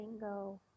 go